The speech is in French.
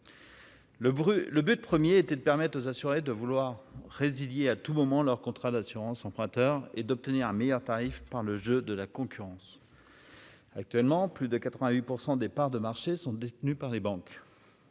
Le brut, le but 1er était de permettre aux assurés de vouloir résilier à tout moment leur contrat d'assurance emprunteur et d'obtenir un meilleur tarif par le jeu de la concurrence. Actuellement, plus de 88 % des parts de marché sont détenues par les banques